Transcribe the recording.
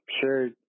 sure